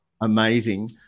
amazing